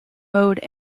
mode